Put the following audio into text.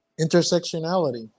intersectionality